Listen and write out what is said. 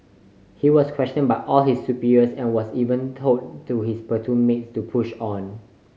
he was questioned by all his superiors and was even told to his platoon mates to push on